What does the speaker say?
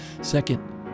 Second